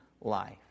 life